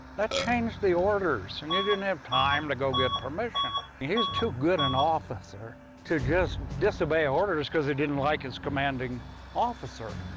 that changed the orders. and you didn't have time to go get permission. he's too good an officer to just disobey orders because he didn't like his commanding officer.